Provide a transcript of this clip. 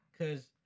Cause